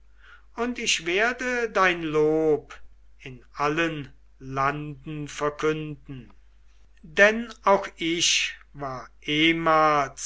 und ich werde dein lob in allen landen verkünden denn auch ich war ehmals